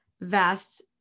vast